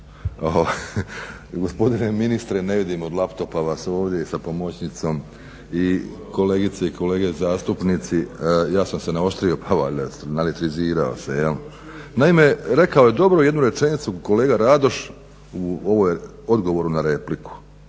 Gospodine ministre ne vidim od laptopa vas ovdje sa pomoćnicom i kolegice i kolege zastupnici. Ja sam se naoštrio naelektrizirao se. Naime rekao je dobro jednu rečenicu kolega Radoš u odgovoru na repliku.